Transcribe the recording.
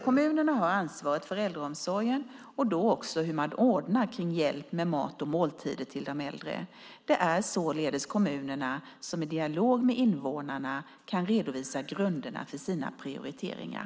Kommunerna har ansvaret för äldreomsorgen och då också för hur man ordnar kring hjälp med mat och måltider till de äldre. Det är således kommunerna som i dialog med invånarna kan redovisa grunderna för sina prioriteringar.